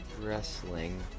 wrestling